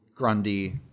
Grundy